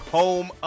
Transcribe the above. home